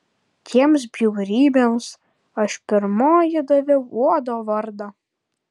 tiems bjaurybėms aš pirmoji daviau uodo vardą